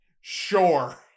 sure